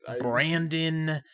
Brandon